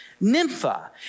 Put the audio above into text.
Nympha